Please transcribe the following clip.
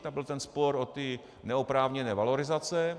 Tam byl ten spor o ty neoprávněné valorizace.